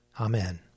Amen